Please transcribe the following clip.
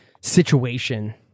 situation